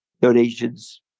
donations